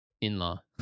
In-law